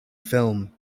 film